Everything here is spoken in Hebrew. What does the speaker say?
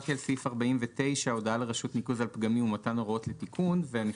הקראנו את סעיף 49א והתחלנו לדבר על התראה